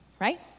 right